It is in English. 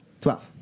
Twelve